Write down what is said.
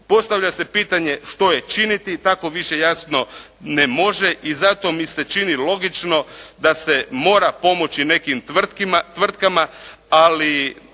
Postavlja se pitanje, što je činiti, tako više jasno ne može i zato mi se čini logično da se mora pomoći nekim tvrtkama, ali